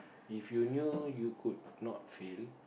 if you knew you could not fail